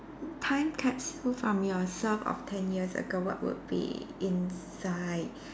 time capsule from yourself of ten years ago what would be inside